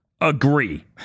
agree